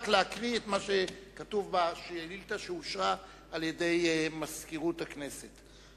רק להקריא את השאילתא שאושרה על-ידי מזכירות הכנסת.